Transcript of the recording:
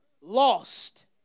lost